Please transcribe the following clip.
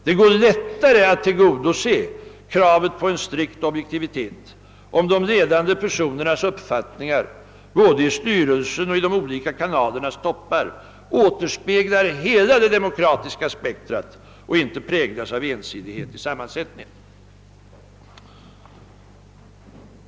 Det går lättare att tillgodose kravet på en strikt objektivitet, om de 1e dande personernas uppfattningar såväl i styrelsen som i de olika kanalernas toppar återspeglar hela det demokratiska spektrum och inte präglas av ensidighet i sammansättningen.